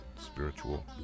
spiritual